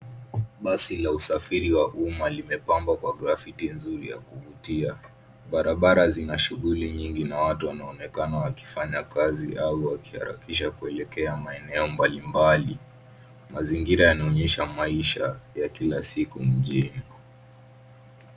Basi la usafiri wa umma limepambwa kwa graffiti nzuri ya kuvutia. Barabara zina shughuli nyingi na watu wanaonekana wakifanya kazi au wakiharakisha kuelekea maeneo mbalimbali. Mazingira yanaonyesha maisha ya kila siku mjini.